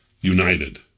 united